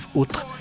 autres